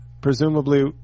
presumably